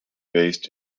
based